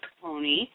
pony